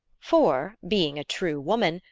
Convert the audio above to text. for, being a true woman,